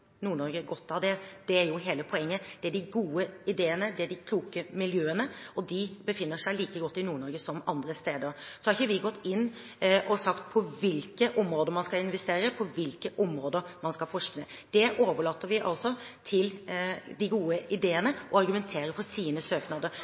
godt av det. Det er hele poenget. De gode ideene, de kloke miljøene, befinner seg i like stor grad i Nord-Norge som andre steder. Vi har ikke gått inn og sagt på hvilke områder man skal investere, eller på hvilke områder man skal forske. Det overlater vi til dem med de gode